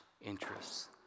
interests